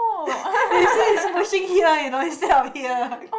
they say is pushing here you know instead of here